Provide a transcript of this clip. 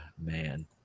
Man